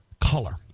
color